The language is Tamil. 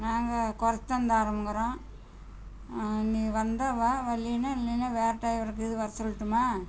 நாங்கள் குறைச்சி தான் தரோங்கிறோம் நீ வந்தா வா வர்லைனா இல்லைனா வேறு டிரைவர் கீது வர சொல்லட்டுமா